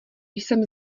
jsem